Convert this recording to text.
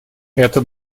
этот